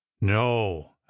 no